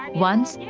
once,